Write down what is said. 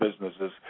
businesses